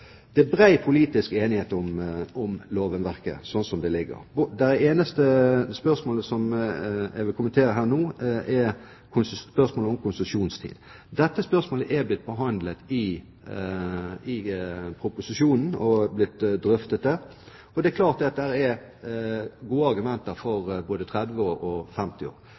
Det er bred politisk enighet om lovverket, slik som det ligger. Det eneste spørsmålet jeg vil kommentere her nå, er spørsmålet om konsesjonstid. Dette spørsmålet er blitt behandlet i proposisjonen og er blitt drøftet der, og det er klart at det er gode argumenter for både 30 år og 50 år.